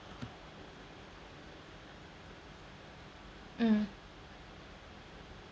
mm